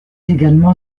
également